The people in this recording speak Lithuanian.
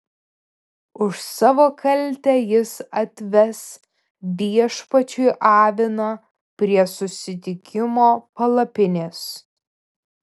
už savo kaltę jis atves viešpačiui aviną prie susitikimo palapinės